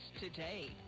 today